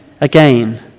again